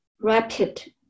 rapid